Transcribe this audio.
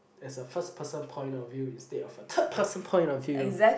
as a first person point of view instead of a third person point of view